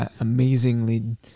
amazingly